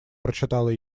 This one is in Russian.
прочитал